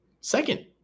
second